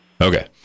Okay